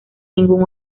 ningún